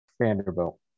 Vanderbilt